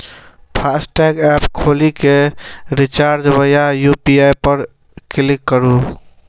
FASTag app खोलि कें recharge via UPI पर क्लिक करू